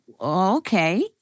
okay